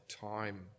time